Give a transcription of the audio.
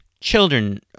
children